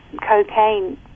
cocaine